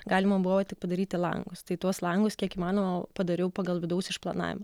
galima buvo tik padaryti langus tai tuos langus kiek įmanoma padariau pagal vidaus išplanavimą